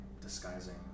disguising